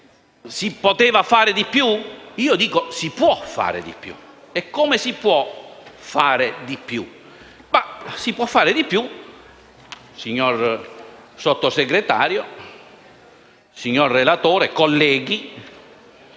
Si poteva fare di più? Io dico che si può fare di più. E come si può fare di più? Si può fare di più, signor Sottosegretario, signor relatore, colleghi,